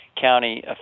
county